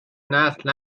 نسل